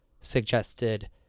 suggested